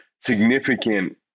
significant